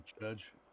Judge